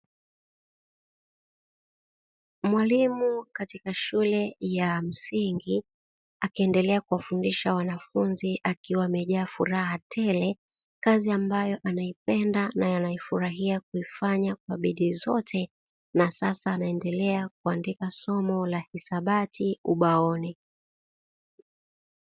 Mwalimu katika shule ya msingi akiendelea kuwafundisha wanafunzi akiwa amejaa furaha tele, kazi ambayo anaipenda na anaifurahia kuifanya kwa bidii zote, na sasa anaendelea kuandika somo la hisabati ubaoni.